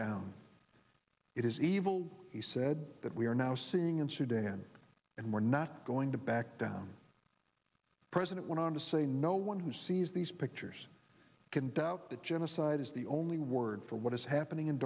down it is evil he said that we are now seeing in sudan and we're not going to back down president went on to say no one who sees these pictures can doubt that genocide is the only word for what is happening in